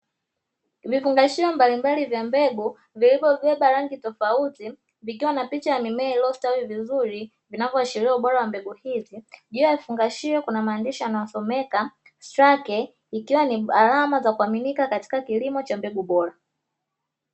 Vifungashio mbalimbali vya mbegu vilivyobeba rangi tofauti, vikiwa na picha ya mimea iliyostawi vizuri, vinavyoashiria ubora wa mbegu hizi. Juu ya vifungashio kuna maandishi yanayosomeka "strake", ikiwa ni alama za kuaminika katika kilimo cha mbegu bora.